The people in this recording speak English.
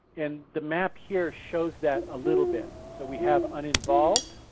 and the map here shows that a little bit. so we have uninvolved,